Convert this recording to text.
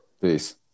peace